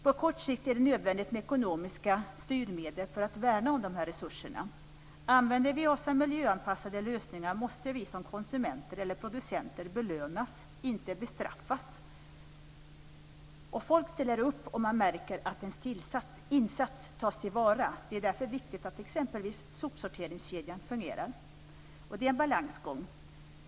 På kort sikt är det nödvändigt med ekonomiska styrmedel för att värna om dessa resurser. Använder vi oss av miljöanpassade lösningar måste vi som konsumenter eller producenter belönas, inte bestraffas. Folk ställer upp om man märker att ens insats tas till vara. Det är därför viktigt att exempelvis sopsorteringskedjan fungerar. Detta är en balansgång.